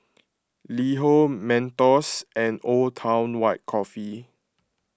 LiHo Mentos and Old Town White Coffee